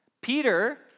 Peter